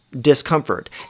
discomfort